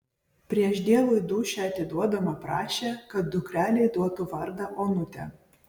prieš dievui dūšią atiduodama prašė kad dukrelei duotų vardą onutė